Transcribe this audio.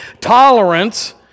Tolerance